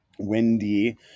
windy